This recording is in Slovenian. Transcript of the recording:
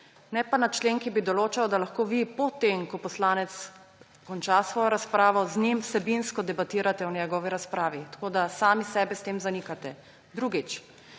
ne pa na člen, ki bi določal, da lahko vi po tem, ko poslanec konča svojo razpravo, z njim vsebinsko debatirate o njegovi razpravi. Tako sami sebe s tem zanikate. Drugič.